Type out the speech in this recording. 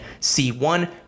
C1